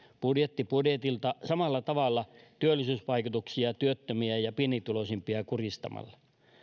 budjetti budjetilta samalla tavalla työllisyysvaikutuksia työttömiä ja ja pienituloisimpia kurjistamalla